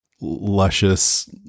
luscious